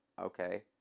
okay